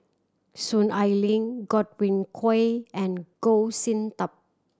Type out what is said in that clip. Soon Ai Ling Godwin Koay and Goh Sin Tub